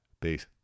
Peace